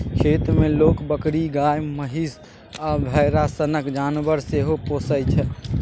खेत मे लोक बकरी, गाए, महीष आ भेरा सनक जानबर सेहो पोसय छै